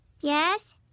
Yes